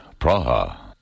Praha